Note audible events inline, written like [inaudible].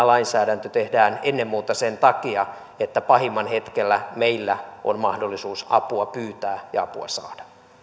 [unintelligible] lainsäädäntö tehdään ennen muuta sen takia että pahimman hetkellä meillä on mahdollisuus apua pyytää ja apua saada